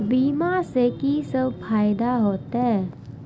बीमा से की सब फायदा होते?